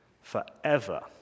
forever